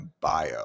bio